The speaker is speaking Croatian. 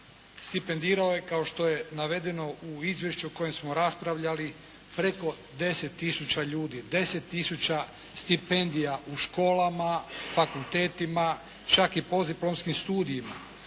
stipendirao je kao što je navedeno u Izvješću o kojem smo raspravljali preko 10 tisuća ljudi, 10 tisuća stipendija u školama, fakultetima, čak i postdiplomskim studijima,